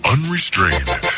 Unrestrained